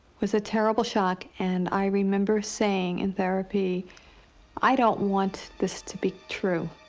was a terrible shock. and i remember saying in therapy i don't want this to be true.